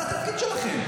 זה התפקיד שלכם.